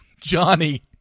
Johnny